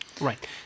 Right